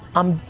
i'm,